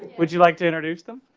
would you like to introduce them